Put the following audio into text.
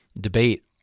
debate